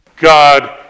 God